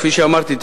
כפי שאמרתי,